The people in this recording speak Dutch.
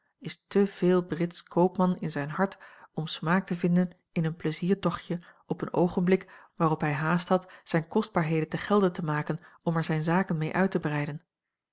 is te veel britsch koopman in zijn hart om smaak te vinden in een pleiziertochtje op een oogenblik waarop hij haast had zijne kostbaarheden te gelde te maken om er zijne zaken mee uit te breiden